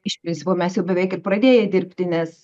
iš principo mes jau beveik ir pradėję dirbti nes